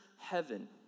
heaven